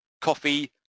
coffee